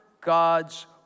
God's